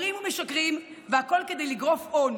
אומרים ומשקרים, והכול כדי לגרוף הון.